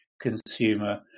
consumer